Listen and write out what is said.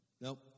Nope